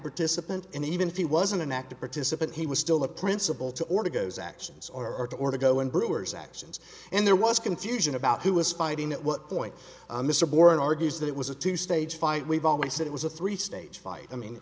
participant and even if he wasn't an active participant he was still the principal to order goes actions or to or to go in brewer's actions and there was confusion about who was fighting at what point mr boren argues that it was a two stage fight we've always said it was a three stage fight i